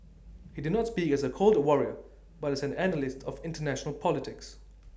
he did not speak as A cold Warrior but as an analyst of International politics